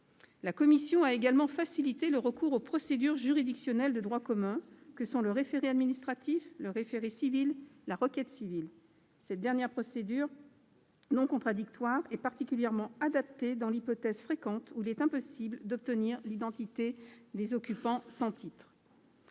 La commission a également facilité le recours aux procédures juridictionnelles de droit commun que sont le référé administratif, le référé civil et la requête civile. Cette dernière procédure, non contradictoire, est particulièrement adaptée dans l'hypothèse- fréquente -où il est impossible d'obtenir l'identité des occupants sans titre.